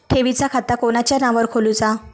ठेवीचा खाता कोणाच्या नावार खोलूचा?